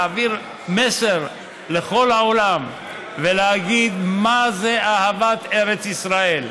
להעביר מסר לכל העולם ולהגיד מה זו אהבת ארץ ישראל.